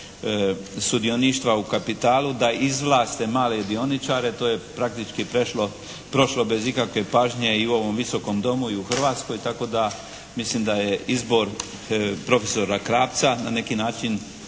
sudioništva u kapitalu da izvlaste male dioničare, to je praktički prošlo bez ikakve pažnje i u ovom Visokom domu i u Hrvatskoj, tako da mislim da je izbor prof. Krapca na neki način